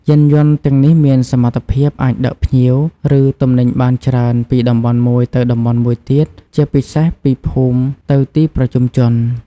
យានយន្តទាំងនេះមានសមត្ថភាពអាចដឹកភ្ញៀវ ឬទំនិញបានច្រើនពីតំបន់មួយទៅតំបន់មួយទៀត ជាពិសេសពីភូមិទៅទីប្រជុំជន។